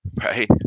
Right